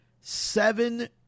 Seven